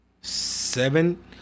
Seven